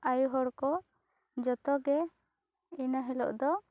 ᱟᱭᱳ ᱦᱚᱲ ᱠᱚ ᱡᱚᱛᱚ ᱜᱮ ᱤᱱᱟᱹ ᱦᱤᱞᱳᱜ ᱫᱚ